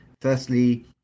firstly